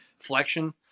flexion